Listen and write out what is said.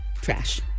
trash